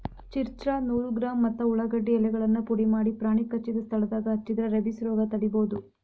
ಚಿರ್ಚ್ರಾ ನೂರು ಗ್ರಾಂ ಮತ್ತ ಉಳಾಗಡ್ಡಿ ಎಲೆಗಳನ್ನ ಪುಡಿಮಾಡಿ ಪ್ರಾಣಿ ಕಚ್ಚಿದ ಸ್ಥಳದಾಗ ಹಚ್ಚಿದ್ರ ರೇಬಿಸ್ ರೋಗ ತಡಿಬೋದು